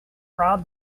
prod